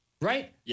right